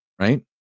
right